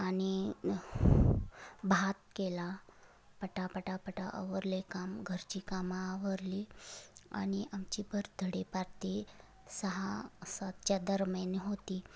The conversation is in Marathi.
आणि भात केला पटापटापटा आवरले काम घरची कामं आवरली आणि आमची बर्थडे पार्टी सहा सातच्या दरम्यान होती